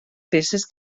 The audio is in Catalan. peces